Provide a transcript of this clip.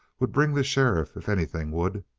would bring the sheriff if anything would.